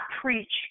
preach